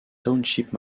township